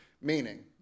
Meaning